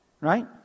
Right